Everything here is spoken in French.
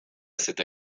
cette